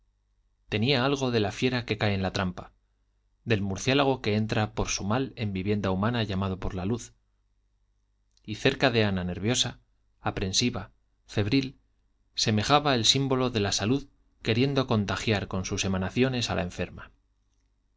tenía algo de la fiera que cae en la trampa del murciélago que entra por su mal en vivienda humana llamado por la luz y cerca de ana nerviosa aprensiva febril semejaba el símbolo de la salud queriendo contagiar con sus emanaciones a la enferma